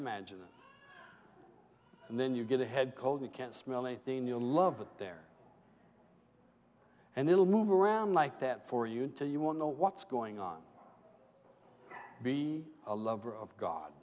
imagine and then you get a head cold you can't smell a thing you'll love it there and it'll move around like that for you until you want know what's going on be a lover of god